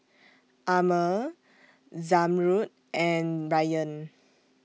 Ammir Zamrud and Ryan